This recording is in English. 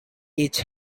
each